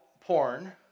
porn